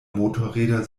motorräder